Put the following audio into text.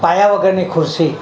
પાયા વગરની ખુરશી